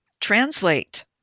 translate